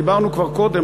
דיברנו כבר קודם,